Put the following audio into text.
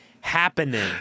happening